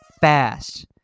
fast